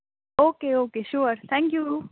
okay okay sure thank you